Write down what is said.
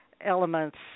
elements